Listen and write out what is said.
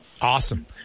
Awesome